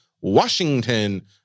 Washington